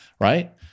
right